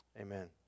amen